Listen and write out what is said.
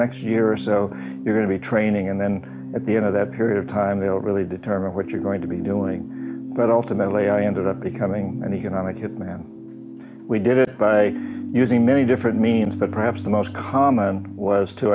next year or so you're going to be training and then at the end of that period of time they'll really determine what you're going to be doing but ultimately i ended up becoming an economic hit man we did it by using many different means but perhaps the most common was to